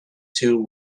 two